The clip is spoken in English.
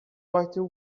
writing